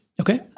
Okay